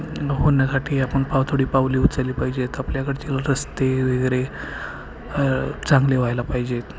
न होण्यासाठी आपण पाव थोडी पावले उचलली पाहिजेत आपल्याकडचे रस्ते वगैरे चांगले व्हायला पाहिजेत